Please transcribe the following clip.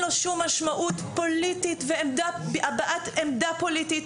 לו שום משמעות פוליטית ועמדה הבעת עמדה פוליטית,